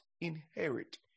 inherit